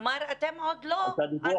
כלומר, אתם עוד לא עשיתם.